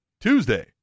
Tuesday